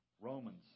Romans